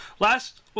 Last